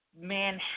man